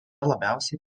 labiausiai